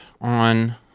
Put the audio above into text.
on